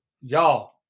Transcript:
y'all